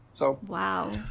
Wow